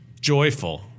joyful